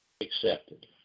accepted